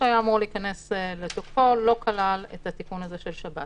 שהיה אמור להיכנס לתוקף לא כלל את התיקון הזה של השב"ס,